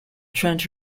trent